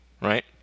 right